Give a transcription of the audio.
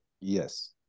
Yes